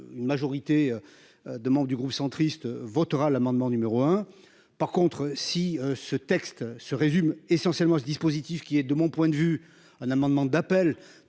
Une majorité. De membres du groupe centriste votera l'amendement numéro un. Par contre si ce texte se résume essentiellement ce dispositif qui est de mon point de vue un amendement d'appel